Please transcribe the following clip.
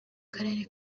karere